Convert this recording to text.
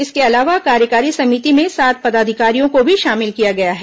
इसके अलावा कार्यकारी समिति में सात पदाधिकारियों को भी शामिल किया गया है